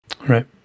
Right